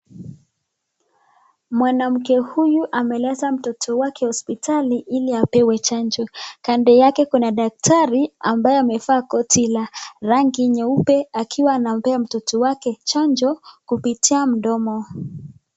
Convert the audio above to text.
Mwanamke huyu ameleta mtoto wake hospitali ili apewe chanjo. Kando yake kuna daktari ambaye amevaa koti la rangi nyeupe akiwa anampea mtoto wake chanjo kupitia mdomo.